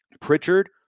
Pritchard